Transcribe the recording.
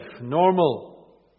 normal